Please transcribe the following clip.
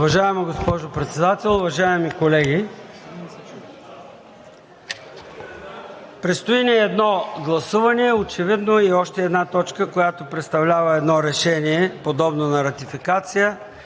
Уважаема госпожо Председател, уважаеми колеги! Предстои ни едно гласуване и още една точка, която представлява решение, подобно на ратификация,